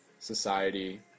society